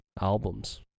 albums